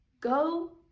go